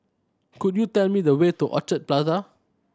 could you tell me the way to Orchid Plaza